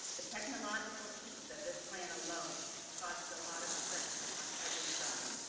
the technological piece of this plan alone causes a lot of stress on every side.